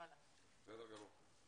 בסדר גמור.